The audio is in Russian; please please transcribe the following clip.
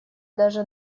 даже